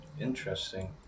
interesting